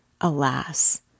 Alas